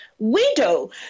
Widow